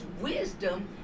wisdom